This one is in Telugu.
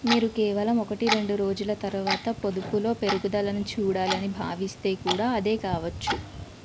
మీరు కేవలం ఒకటి రెండు రోజుల తర్వాత పొదుపులో పెరుగుదలను చూడాలని భావిస్తే కూడా అదే కావచ్చు